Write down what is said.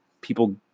people